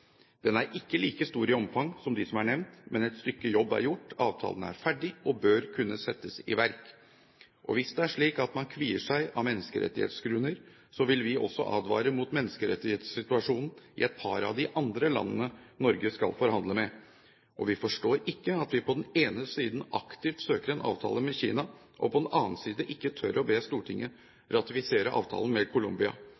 Den er ikke like stor i omfang som de som er nevnt, men et stykke jobb er gjort. Avtalen er ferdig og bør kunne settes i verk. Hvis det er slik at man kvier seg av menneskerettighetsgrunner, vil vi også advare mot menneskerettighetssituasjonen i et par av de andre landene Norge skal forhandle med. Vi forstår ikke at vi på den ene siden aktivt søker en avtale med Kina, og på den annen side ikke tør å be